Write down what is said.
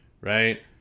right